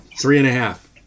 three-and-a-half